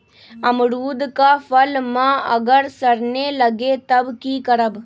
अमरुद क फल म अगर सरने लगे तब की करब?